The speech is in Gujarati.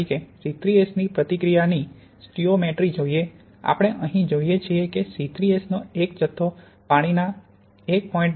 16 cm3 તેથી જો આપણે ઉદાહરણ તરીકે C3S ની પ્રતિક્રિયાની સ્તોચિઓમેટ્રી જોઈએ આપણે અહીં જોઈએ શકીએ છીએ કે સી3એસ નો એક જથ્થો પાણીના 1